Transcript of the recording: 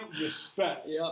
respect